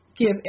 Give